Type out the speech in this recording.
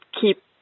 keep